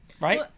Right